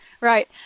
Right